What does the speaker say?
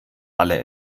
alle